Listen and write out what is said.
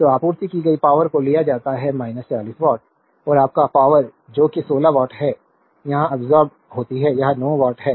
तो आपूर्ति की गई पावरको लिया जाता है 40 वाट और आपकी पावरजो कि 16 वाट है यहां अब्सोर्बेद होती है यह 9 वाट है